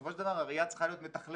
בסופו של דבר הראיה צריכה להיות מתכללת